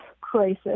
crisis